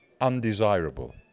undesirable